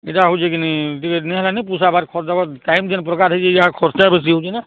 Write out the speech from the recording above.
ଇଟା ହେଉଛେ କିନି ଟିକେ ନି ହେଲେ ନି ପୁଶାବାର୍ ଖର୍ଚ୍ଚ ଟାଇମ୍ ଯେନ୍ ପ୍ରକାର୍ ହେଇଛେ ଯାହା ଖର୍ଚ୍ଚା ବେଶୀ ହେଉଛେ ନା